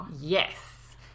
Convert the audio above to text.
yes